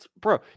Bro